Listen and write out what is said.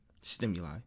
stimuli